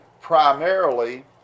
primarily